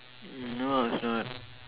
no it's not